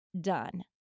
done